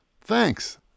Thanks